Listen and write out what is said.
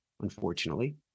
unfortunately